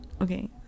okay